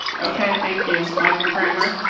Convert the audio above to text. okay, thank you. michael cramer?